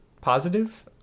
positive